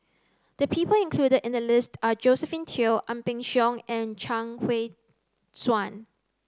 the people included in the list are Josephine Teo Ang Peng Siong and Chuang Hui Tsuan